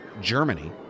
Germany